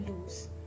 lose